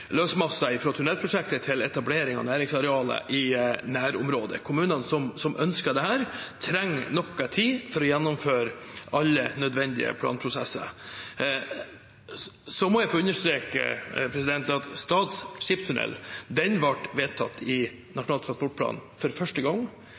løsmasser fra tunnelprosjektet til etablering av næringsarealer i nærområdet. Kommunene som ønsker dette, trenger noe tid for å gjennomføre alle nødvendige planprosesser. Så må jeg få understreke at Stad skipstunnel ble vedtatt i